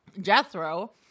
Jethro